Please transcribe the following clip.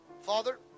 Father